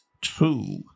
two